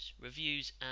reviews